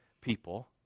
people